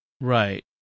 Right